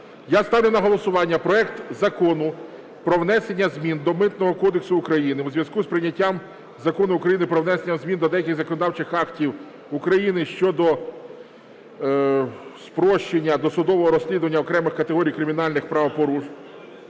Я ставлю на голосування проект Закону про внесення змін до Митного кодексу України у зв'язку з прийняттям Закону України "Про внесення змін до деяких законодавчих актів України щодо спрощення досудового розслідування окремих категорій кримінальних правопорушень"…